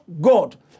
God